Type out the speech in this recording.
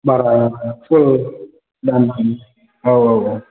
बाराथ' औ औ औ